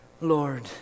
Lord